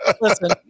Listen